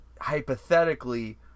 Hypothetically